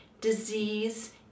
disease